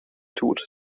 tut